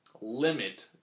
limit